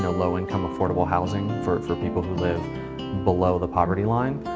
and low income, affordable housing for for people who live below the poverty line.